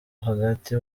hagati